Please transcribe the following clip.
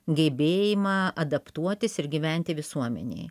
gebėjimą adaptuotis ir gyventi visuomenėj